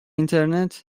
مدارس